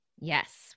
Yes